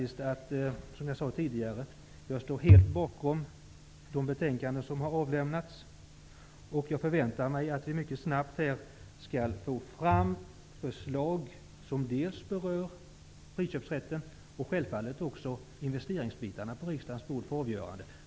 Som jag sade tidigare, står jag helt bakom de betänkanden som har avlämnats. Jag förväntar mig att vi mycket snabbt skall få förslag som dels berör friköpsrätten, dels självfallet också investeringsbitarna på riksdagens bord för avgörande.